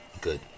Good